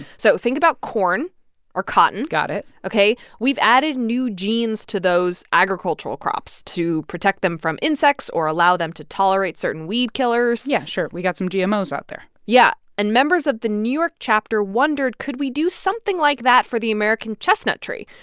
so think about corn or cotton got it ok. we've added new genes to those agricultural crops to protect them from insects or allow them to tolerate certain weed killers yeah, sure. we got some gmos out there yeah. and members of the new york chapter wondered, could we do something like that for the american chestnut tree?